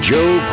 Joe